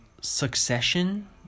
Succession